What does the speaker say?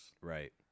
Right